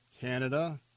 Canada